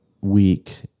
week